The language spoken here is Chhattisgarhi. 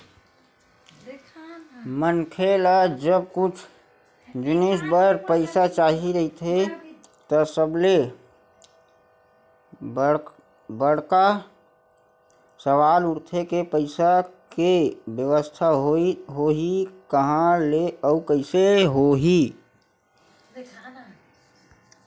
मनखे ल जब कुछु जिनिस बर पइसा चाही रहिथे त सबले बड़का सवाल उठथे के पइसा के बेवस्था होही काँहा ले अउ कइसे होही